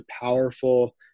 powerful